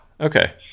Okay